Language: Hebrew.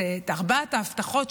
את ארבע ההבטחות.